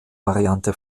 variante